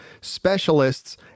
specialists